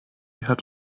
hat